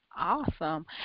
Awesome